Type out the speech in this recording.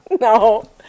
No